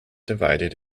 divided